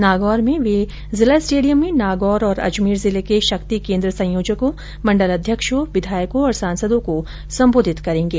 नागौर में वे जिला स्टेडियम में नागौर और अजमेर जिले के शक्ति केन्द्र संयोजकों मंडल अध्यक्षों विधायकों और सांसदों को संबोधित करेंगे